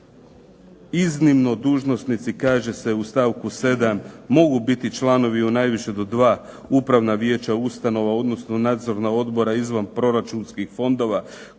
iznimno dužnosnici kaže se u stavku 7. mogu biti članovi u najviše do dva upravna vijeća ustanova, odnosno nadzorna odbora izvanproračunskih fondova